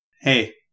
Hey